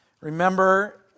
Remember